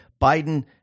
Biden